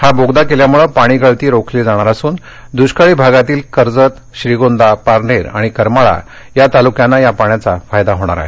हा बोगदा केल्यामुळं पाणी गळती रोखली जाणार असून दृष्काळी भागातील कर्जत श्रीगोंदा पारनेर आणि करमाळा या तालुक्यांना या पाण्याचा फायदा होणार आहे